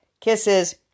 Kisses